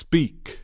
Speak